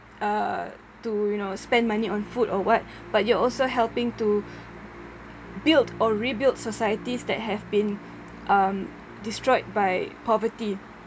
uh to you know spend money on food or what but you're also helping to build or rebuild societies that have been um destroyed by poverty